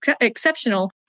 exceptional